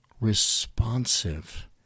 responsive